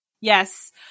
Yes